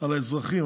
על האזרחים,